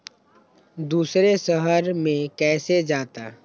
दूसरे शहर मे कैसे जाता?